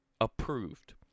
approved